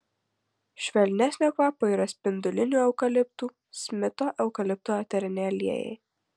švelnesnio kvapo yra spindulinių eukaliptų smito eukalipto eteriniai aliejai